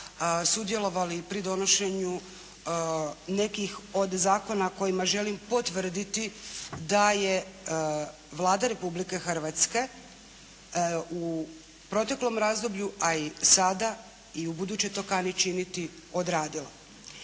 sudjelovali pri donošenju nekih od zakona kojima želim potvrditi da je Vlada Republike Hrvatske u proteklom razdoblju, a i sada i ubuduće to kani činiti odradila.